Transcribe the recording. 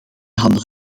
handen